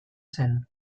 zen